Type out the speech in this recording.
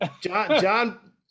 John